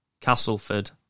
Castleford